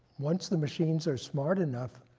once the machines are smart enough,